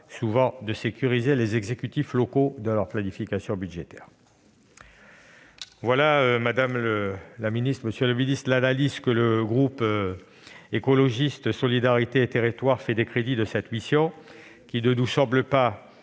souvent, de sécuriser les exécutifs locaux dans leur planification budgétaire. Voilà, madame la ministre, monsieur le secrétaire d'État, l'analyse du groupe Écologiste - Solidarité et Territoires des crédits de cette mission, qui ne semblent pas